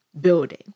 building